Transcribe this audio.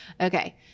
Okay